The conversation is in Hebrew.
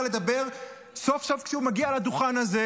לדבר סוף-סוף כשהוא מגיע לדוכן הזה?